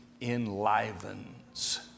enlivens